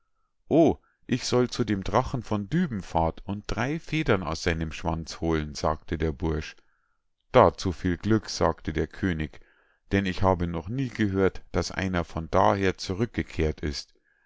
o ich soll zu dem drachen von dübenfahrt und drei federn aus seinem schwanz holen sagte der bursch dazu will viel glück sagte der könig denn ich habe noch nie gehört daß einer von daher zurückgekehrt ist